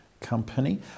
company